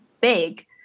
big